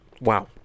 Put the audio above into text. Wow